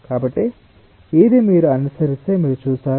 కాబట్టి ఇది మీరు అనుసరిస్తే మీరు చూస్తారు